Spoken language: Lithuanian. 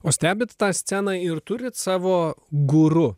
o stebit tą sceną ir turit savo guru